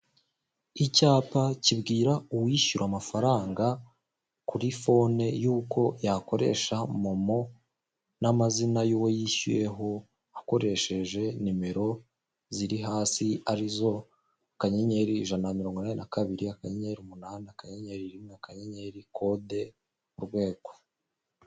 Icyapa kibwira uwishyura amafaranga kuri fone y'uko yakoresha momo n'amazina y'uwo yishyuyeho akoresheje nimero ziri hasi arizo anyenyeri ijana na mirongo inani na kabiri akanyenyeri umunani akanyenyeri rimwe akanyenyeri kode urwego.